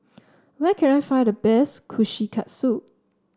where can I find the best Kushikatsu